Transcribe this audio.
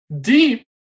deep